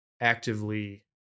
actively